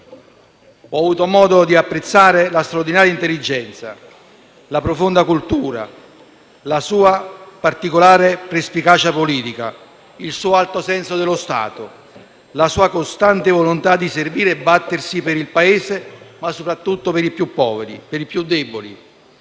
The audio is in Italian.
ho avuto modo di apprezzarne la straordinaria intelligenza, la profonda cultura, la sua particolare perspicacia politica, il suo alto senso dello Stato, la sua costante volontà di servire e battersi per il Paese, ma soprattutto per i più poveri e per i più deboli,